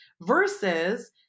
versus